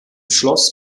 schloss